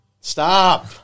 Stop